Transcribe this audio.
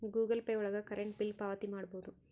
Google Pay ಒಳಗ current bill ಪಾವತಿ ಮಾಡ್ಬೋದು